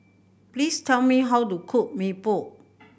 please tell me how to cook Mee Pok